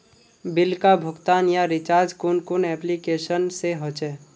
Bill का भुगतान या रिचार्ज कुन कुन एप्लिकेशन से होचे?